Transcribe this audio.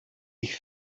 ich